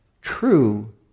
true